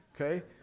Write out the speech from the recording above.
okay